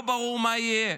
לא ברור מה יהיה